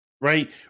right